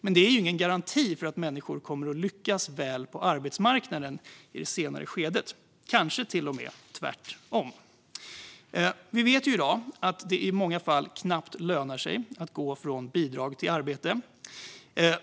Men det är ingen garanti för att människor kommer att lyckas väl på arbetsmarknaden i det senare skedet. Det är kanske till och med tvärtom. Vi vet i dag att det i många fall knappt lönar sig att gå från bidrag till arbete.